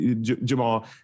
Jamal